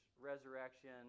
resurrection